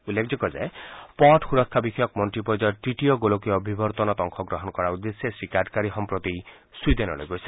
উল্লেখযোগ্য যে পথ সুৰক্ষা বিষয়ক মন্ত্ৰী পৰ্যায়ৰ তৃতীয় গোলকীয় অভিৱৰ্তনত অংশগ্ৰহণ কৰাৰ উদ্দেশ্যে শ্ৰীগাডকাৰী সম্প্ৰতি ছুইডেনলৈ গৈছে